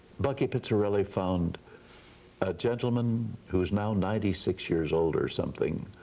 bucky pizzarelli found a gentleman who is now ninety six years old or something,